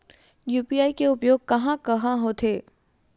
UPI के उपयोग कहां कहा होथे?